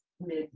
mid